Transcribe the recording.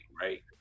right